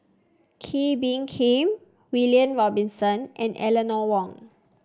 Kee Bee Khim William Robinson and Eleanor Wong